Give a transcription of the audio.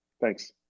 Thanks